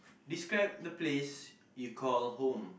describe the place you call home